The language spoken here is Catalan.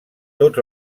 tots